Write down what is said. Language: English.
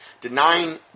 Denying